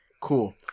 Cool